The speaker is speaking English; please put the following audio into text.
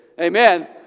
Amen